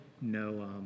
no